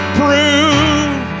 prove